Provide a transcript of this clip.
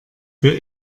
für